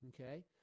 Okay